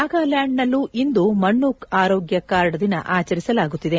ನಾಗಾಲ್ಯಾಂಡ್ನಲ್ಲೂ ಇಂದು ಮಣ್ಣು ಆರೋಗ್ಯ ಕಾರ್ಡ್ ದಿನ ಆಚರಿಸಲಾಗುತ್ತಿದೆ